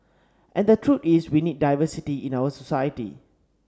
and the truth is we need diversity in our society